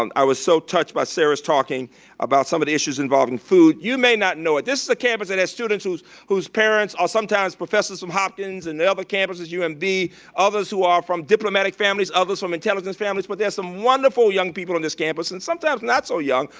um i was so touched by sarah's talking about some of the issues involving food. you may not know it. this is the campus that has students whose whose parents are sometimes professors from hopkins and the other campuses, umb, and others who are from diplomatic families, others from intelligence families, but there's some wonderful young people in this campus, and sometimes not so young,